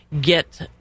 get